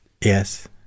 Yes